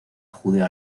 judeo